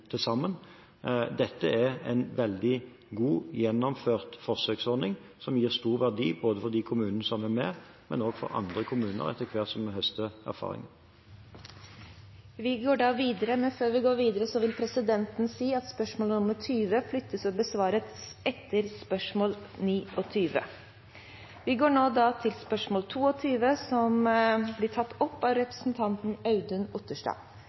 til sammen. Dette er en veldig godt gjennomført forsøksordning som gir stor verdi, både for de kommunene som er med, og også for andre kommuner etter hvert som vi høster erfaring. Dette spørsmålet, fra representanten Annette Trettebergstuen til helse- og omsorgsministeren, vil bli tatt opp av representanten Audun Otterstad. Jeg har den glede å stille følgende spørsmål